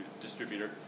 distributor